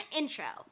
intro